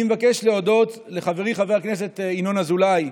אני מבקש להודות לחברי חבר הכנסת ינון אזולאי,